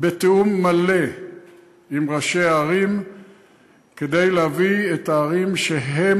בתיאום מלא עם ראשי הערים כדי להביא את הערים שהם